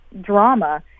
drama